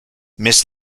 miss